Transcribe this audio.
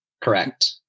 Correct